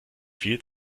viel